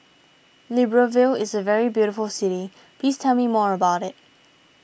Libreville is a very beautiful city please tell me more about it